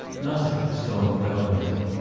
nothing was going well with him.